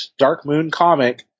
darkmooncomic